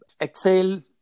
exhale